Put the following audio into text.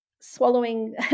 swallowing